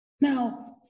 Now